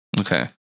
Okay